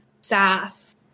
sass